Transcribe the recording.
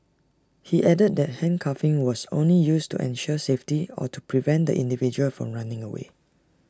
he added that handcuffing was only used to ensure safety or to prevent the individual from running away